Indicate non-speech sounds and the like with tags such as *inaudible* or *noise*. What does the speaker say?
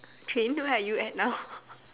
train where are you at now *laughs*